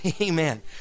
amen